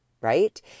right